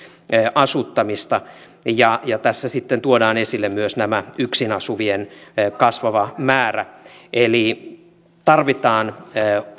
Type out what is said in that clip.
asuttamista tässä sitten tuodaan esille myös tämä yksin asuvien kasvava määrä eli tarvitaan